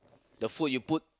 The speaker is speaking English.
the food you put